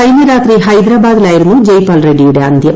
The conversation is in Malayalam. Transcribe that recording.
കഴിഞ്ഞ രാത്രി ഹൈദ്രാബാദിലായിരുന്നു ജയ്പാൽ റെഡ്സിയുടെ അന്ത്യം